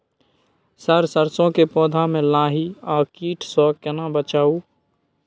Sir सरसो के पौधा में लाही आ कीट स केना बचाऊ?